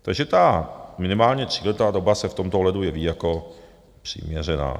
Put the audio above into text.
Takže ta minimálně tříletá doba se v tomto ohledu jeví jako přiměřená.